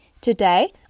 Today